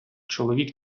чоловік